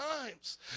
times